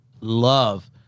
love